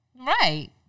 right